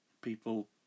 People